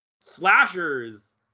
slashers